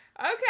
Okay